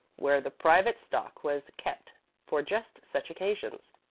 where the private stock was kept for just such occasions,